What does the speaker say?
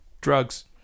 Drugs